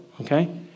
Okay